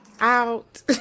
out